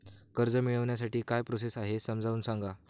कर्ज मिळविण्यासाठी काय प्रोसेस आहे समजावून सांगा